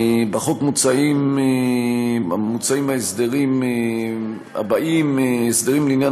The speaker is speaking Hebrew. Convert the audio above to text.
בחוק מוצעים ההסדרים האלה: הסדרים לעניין